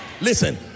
listen